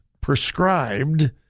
prescribed